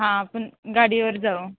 हां आपण गाडीवर जाऊ